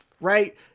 right